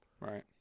Right